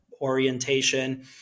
orientation